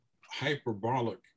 hyperbolic